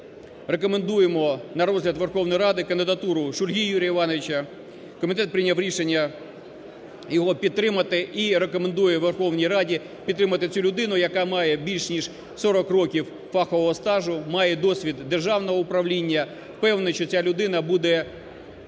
рекомендуємо на розгляд Верховної Ради кандидатуру Шульги Юрія Івановича. Комітет прийняв рішення його підтримати і рекомендує Верховній Раді підтримати цю людину, яка має більш ніж 40 років фахового стажу, має досвід державного управління. Впевнений, що ця людина буде